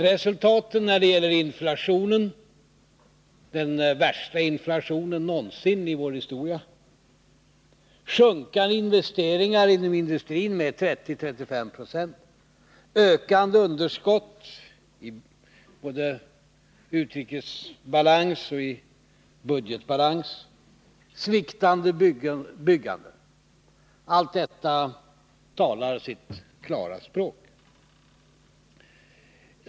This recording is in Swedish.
Resultaten — den värsta inflationen någonsin i vår historia, sjunkande investeringar inom industrin med 30-35 20, ökande underskott både i utrikesbalansen och i budgetbalansen samt sviktande byggande — talar sitt klara språk.